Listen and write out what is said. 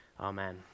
amen